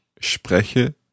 spreche